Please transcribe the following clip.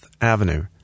Avenue